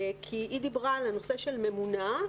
כי היא דיברה על הנושא של ממונָּה.